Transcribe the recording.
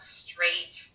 straight